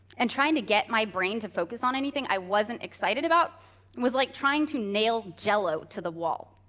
and trying to get my brain to focus on anything i wasn't excited about was like trying to nail jello to the wall.